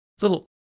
little